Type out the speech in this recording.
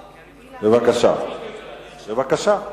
בבקשה, בבקשה.